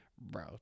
bro